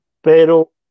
Pero